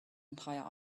entire